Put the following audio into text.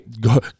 go